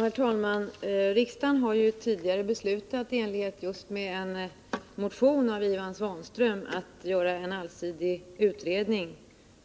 Herr talman! Riksdagen har ju tidigare beslutat i enlighet med en motion just av Ivan Svanström att göra en allsidig utredning